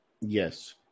Yes